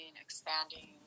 expanding